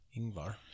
Ingvar